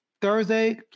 Thursday